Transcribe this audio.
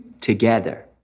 together